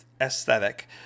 aesthetic